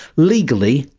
legally,